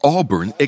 Auburn